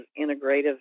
integrative